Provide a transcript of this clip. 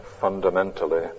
fundamentally